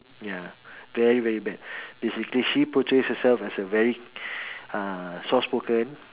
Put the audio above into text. ya very very bad basically she portrays herself as a very uh soft spoken